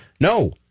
No